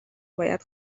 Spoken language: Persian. باید